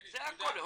זה הודו.